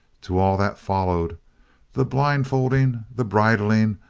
to all that followed the blind-folding, the bridling,